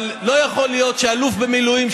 אבל לא יכול להיות שאלוף במילואים,